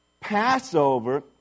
Passover